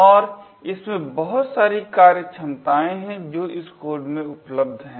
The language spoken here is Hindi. और इसमें बहुत सारी कार्यक्षमतायें है जो इस कोड में उपलब्ध है